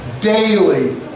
daily